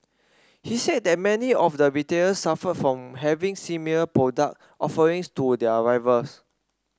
he said that many of the retailers suffered from having similar product offerings to their rivals